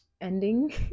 ending